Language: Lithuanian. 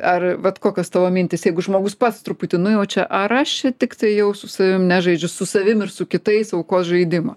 ar vat kokios tavo mintys jeigu žmogus pats truputį nujaučia ar aš čia tiktai jau su savim nežaidžiu su savim ir su kitais aukos žaidimo